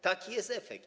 Taki jest efekt.